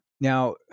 Now